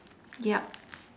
yup